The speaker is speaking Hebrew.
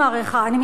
אני מתכוונת,